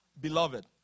Beloved